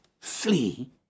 Flee